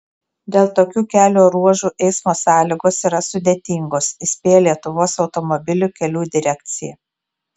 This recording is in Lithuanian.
dėl tokių kelio ruožų eismo sąlygos yra sudėtingos įspėja lietuvos automobilių kelių direkcija